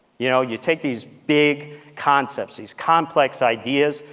you know, you take these big concepts, these complex ideas,